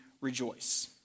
rejoice